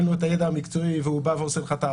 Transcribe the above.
אנחנו נמשיך להתעסק עם הספק, עם העבריין, נקרא לזה